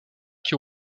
qui